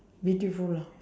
beautiful house